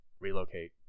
relocate